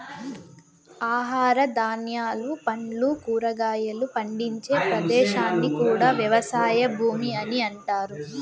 ఆహార ధాన్యాలు, పండ్లు, కూరగాయలు పండించే ప్రదేశాన్ని కూడా వ్యవసాయ భూమి అని అంటారు